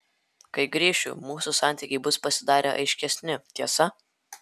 kai grįšiu mūsų santykiai bus pasidarę aiškesni tiesa